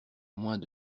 moins